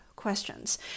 Questions